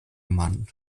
mann